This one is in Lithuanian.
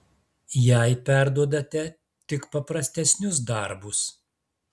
jai perduodate tik paprastesnius darbus